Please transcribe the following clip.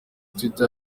twitter